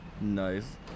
Nice